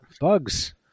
Bugs